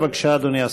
בבקשה, אדוני השר.